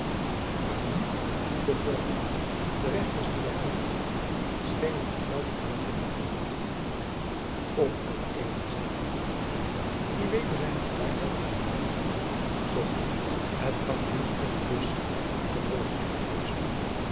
waarom niet vroeg joan de rechters die mij ondervroegen schenen het wel voor mogelijk te houden om t even zeide de kapitein die weder zijne bedaardheid hernomen had doch het kan u niet onbewust zijn vervolgde hij fluisterende